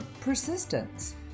persistence